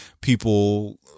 people